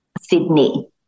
Sydney